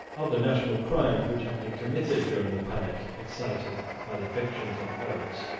of the national crimes which had been committed during the panic excited by the fictions of oates,